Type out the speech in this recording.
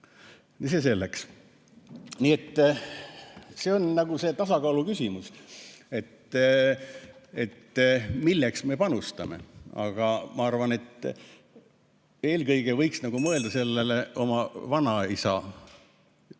See on nagu see tasakaalu küsimus, milleks me panustame. Aga ma arvan, et eelkõige võiks mõelda oma vanaisade